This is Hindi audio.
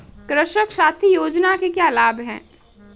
कृषक साथी योजना के क्या लाभ हैं?